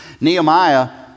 Nehemiah